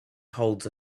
holds